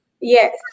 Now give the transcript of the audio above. Yes